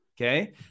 Okay